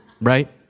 Right